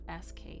SK